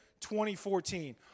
2014